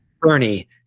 Bernie